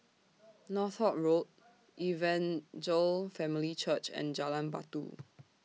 Northolt Road Evangel Family Church and Jalan Batu